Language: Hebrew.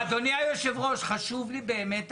אדוני היושב ראש, חשוב לי באמת הכל.